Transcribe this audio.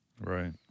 Right